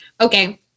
Okay